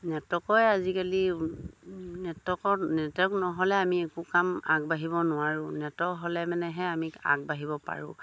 নেটৱৰ্কৰ আজিকালি নেটৱৰ্কৰ নেটৱৰ্ক নহ'লে আমি একো কাম আগবাঢ়িব নোৱাৰোঁ নেটৱৰ্ক হ'লে মানেহে আমি আগবাঢ়িব পাৰোঁ